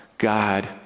God